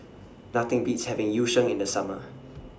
Nothing Beats having Yu Sheng in The Summer